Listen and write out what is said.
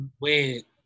Wait